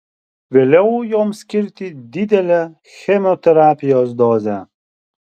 vėliau joms skirti didelę chemoterapijos dozę